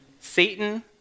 Satan